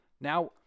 Now